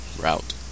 route